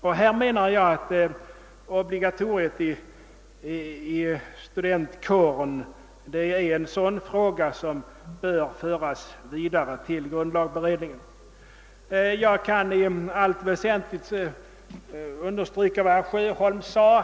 Härvidlag menar jag att obligatoriet i studentkåren är ett sådant exempel som bör föras vidare till grundlagberedningen. Jag kan i allt väsentligt understryka vad herr Sjöholm sade.